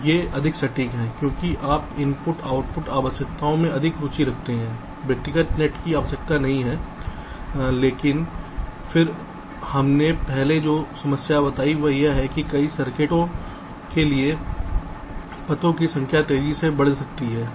ये अधिक सटीक हैं क्योंकि आप इनपुट आउटपुट आवश्यकताओं में अधिक रुचि रखते हैं व्यक्तिगत नेट की आवश्यकता नहीं है लेकिन फिर हमने पहले जो समस्या बताई है वह यह है कि कई सर्किटों के लिए पथों की संख्या तेजी से बढ़ सकती है